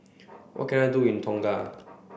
what can I do in Tonga